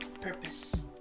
purpose